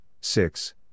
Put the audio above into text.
six